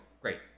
great